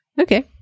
Okay